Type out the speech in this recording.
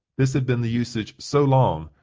this had been the usage so long,